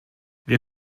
wir